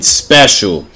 special